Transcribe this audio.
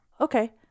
okay